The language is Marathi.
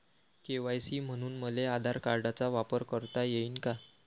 के.वाय.सी म्हनून मले आधार कार्डाचा वापर करता येईन का?